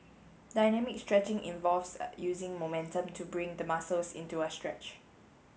dynamic stretching involves a using momentum to bring the muscles into a stretch